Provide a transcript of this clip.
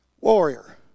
warrior